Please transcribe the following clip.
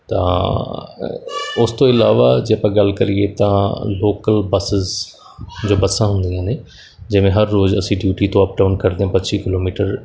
ਤਾਂ ਉਸ ਤੋਂ ਇਲਾਵਾ ਜੇ ਆਪਾਂ ਗੱਲ ਕਰੀਏ ਤਾਂ ਲੋਕਲ ਬੱਸਸ ਜੋ ਬੱਸਾਂ ਹੁੰਦੀਆਂ ਨੇ ਜਿਵੇਂ ਹਰ ਰੋਜ਼ ਅਸੀਂ ਡਿਊਟੀ ਤੋਂ ਅਪ ਡਾਊਨ ਕਰਦੇ ਹਾਂ ਪੱਚੀ ਕਿਲੋ ਮੀਟਰ